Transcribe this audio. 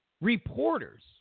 reporters